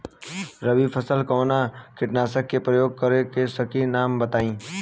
रबी फसल में कवनो कीटनाशक के परयोग कर सकी ला नाम बताईं?